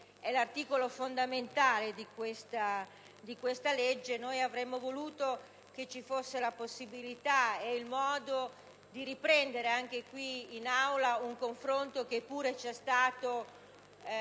è quello fondamentale di questa legge. Avremmo voluto che ci fossero la possibilità e il modo di riprendere anche qui in Aula un confronto che pure c'è stato